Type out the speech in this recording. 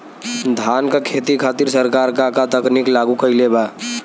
धान क खेती खातिर सरकार का का तकनीक लागू कईले बा?